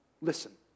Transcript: Listen